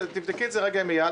תבדקי את זה רגע עם אייל.